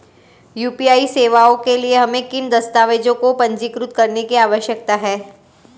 UPI सेवाओं के लिए हमें किन दस्तावेज़ों को पंजीकृत करने की आवश्यकता है?